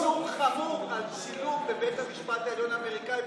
יש איסור חמור על צילום בבית המשפט העליון האמריקאי,